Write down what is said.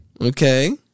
Okay